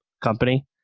company